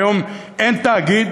היום אין תאגיד,